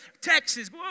Texas